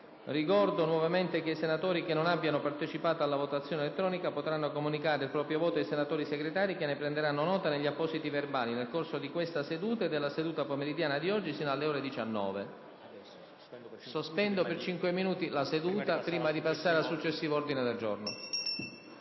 Ricordo nuovamente che i senatori che non abbiano partecipato alla votazione elettronica potranno comunicare il proprio voto ai senatori Segretari che ne prenderanno nota negli appositi verbali, nel corso di questa seduta e della seduta pomeridiana di oggi, sino alle ore 19. Prima di passare al successivo punto all'ordine del giorno,